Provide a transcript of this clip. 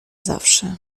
zawsze